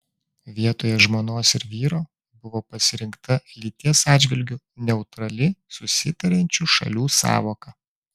vietoje žmonos ir vyro buvo pasirinkta lyties atžvilgiu neutrali susitariančių šalių sąvoka